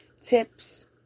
tips